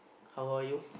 how old are you